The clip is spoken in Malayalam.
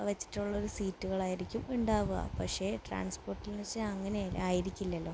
വച്ചിട്ടുള്ളൊരു സീറ്റുകളായിരിക്കും ഉണ്ടാവുക പക്ഷെ ട്രാൻസ്പോർട്ടിൽ എന്നു വച്ചാൽ അങ്ങനെ ആയിരിക്കില്ലല്ലോ